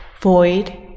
void